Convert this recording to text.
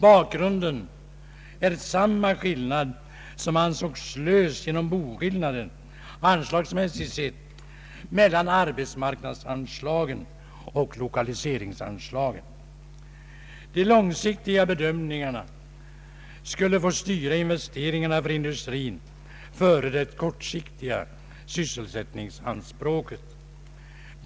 Bakgrunden är en del av det räknestycke som ansågs löst genom boskillnaden — anslagsmässigt sett — mellan arbetsmarknadsanslagen och lokaliseringsanslagen. De långsiktiga bedömningarna skulle få styra investeringarna för industrin före det kortsiktiga sysselsättningsanspråket.